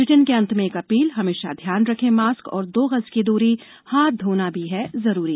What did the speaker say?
bulletin के अंत में एक अपील हमेशा ध्यान रखें मास्क और दो गज की दूरी हाथ धोना भी है जरूरी